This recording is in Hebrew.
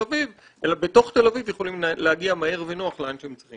אביב אלא בתוך תל אביב יכולים להגיע מהר ונוח לאן שהם צריכים.